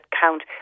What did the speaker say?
count